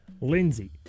Lindsay